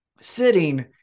sitting